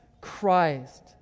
Christ